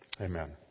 amen